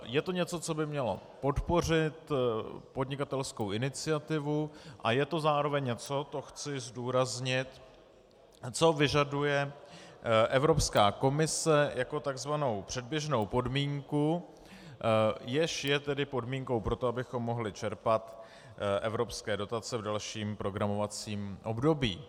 Je to něco, co by mělo podpořit podnikatelskou iniciativu, a je to zároveň něco, to chci zdůraznit, co vyžaduje Evropská komise jako tzv. předběžnou podmínku, jež je podmínkou pro to, abychom mohli čerpat evropské dotace v dalším programovacím období.